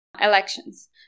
elections